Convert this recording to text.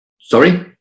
Sorry